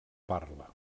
parla